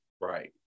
right